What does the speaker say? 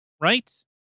right